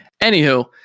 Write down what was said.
Anywho